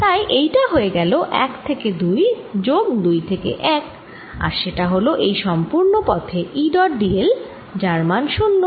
তাই এইটা হয়ে গেল 1 থেকে 2 যোগ 2 থেকে 1 আর সেটা হল এই সম্পূর্ণ পথে E ডট d l যার মান 0